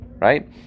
right